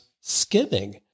skimming